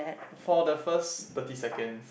for the first thirty second